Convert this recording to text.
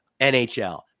NHL